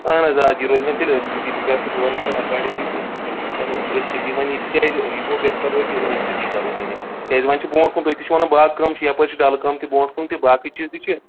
اَہَن حظ آ یہِ روزِ وۅنۍ تیٚلہِ أتھۍ سۭتی بہٕ کَرٕ تِمو وَنہٕ تِمن اٮ۪کاڈِنٛگلی تہٕ تیٚلہِ یِم کَرو أتھۍ سۭتی وۅنۍ یہِ تِکیٛازِ یہِ گوٚو بہتر روزِ أتھۍ سۭتی کَرُن وۄنۍ یہِ کیٛازِ وۄنۍ چھُ برونٛٹھ کُن تُہۍ تہِ چھِ وَنان باقٕے کٲم چھِ یَپٲرۍ چھُ ڈَلہٕ کٲم تہِ برونٛٹھ کُن تہِ باقٕے چیٖز تہِ چھِ